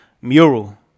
Mural